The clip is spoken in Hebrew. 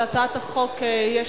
להצעת החוק יש